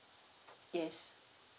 yes